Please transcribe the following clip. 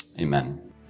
amen